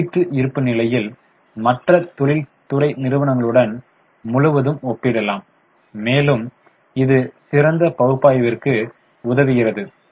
எனவே ஒப்பீட்டு இருப்புநிலையில் மற்ற தொழில்துறை நிறுவனங்களுடன் முழுவதும் ஒப்பிடலாம் மேலும் இது சிறந்த பகுப்பாய்விற்கு உதவுகிறது